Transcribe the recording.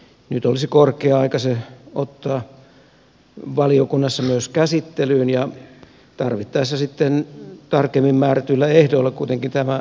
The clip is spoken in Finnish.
nyt olisi korkea aika ottaa se myös valiokunnassa käsittelyyn ja tarvittaessa tulisi kuitenkin tämä epäkohta tarkemmin määrätyillä ehdoilla hoitaa kuntoon